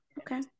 Okay